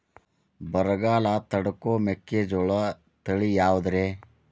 ಬರಗಾಲ ತಡಕೋ ಮೆಕ್ಕಿಜೋಳ ತಳಿಯಾವುದ್ರೇ?